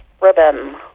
ribbon